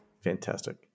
Fantastic